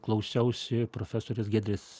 klausiausi profesorės giedrės